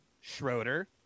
Schroeder